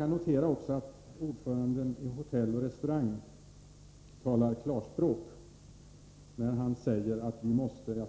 Jag noterar också att ordföranden i Hotelloch restauranganställdas förbund talar klarspråk när han säger: ”Vi måste